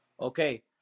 Okay